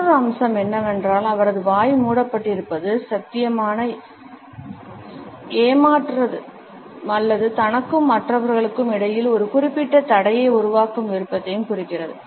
மற்றொரு அம்சம் என்னவென்றால் அவரது வாய் மூடப்பட்டிருப்பது சாத்தியமான ஏமாற்று அல்லது தனக்கும் மற்றவர்களுக்கும் இடையில் ஒரு குறிப்பிட்ட தடையை உருவாக்கும் விருப்பத்தை குறிக்கிறது